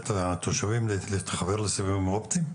את התושבים להתחבר לסיבים אופטיים?